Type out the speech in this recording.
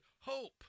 hope